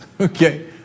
Okay